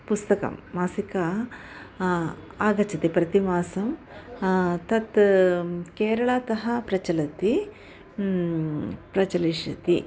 पुस्तकं मासिकम् आगच्छति प्रतिमासं तत् केरलातः प्रचलति प्रचलिष्यति